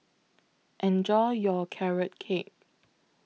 Enjoy your Carrot Cake